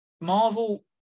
marvel